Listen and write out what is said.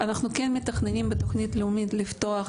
אנחנו כן מתכננים בתוכנית לאומית לפתוח